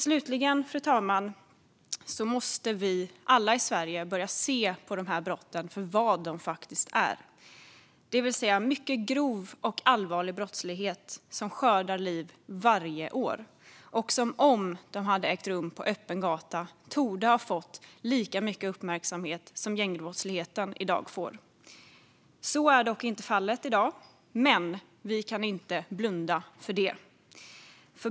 Slutligen, fru talman, måste vi alla i Sverige börja se på de här brotten för vad de faktiskt är: mycket grov och allvarlig brottslighet som skördar liv varje år och som om de hade ägt rum på öppen gata torde ha fått lika mycket uppmärksamhet som gängbrottsligheten i dag får. Så är dock inte fallet i dag, men vi kan inte blunda.